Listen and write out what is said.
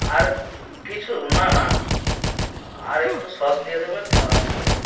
আর কিছু না না না আর একটু সস দিয়ে দেবেন তাহলেই হবে